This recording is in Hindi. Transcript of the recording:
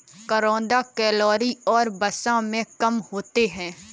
करौंदा कैलोरी और वसा में कम होते हैं